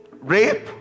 rape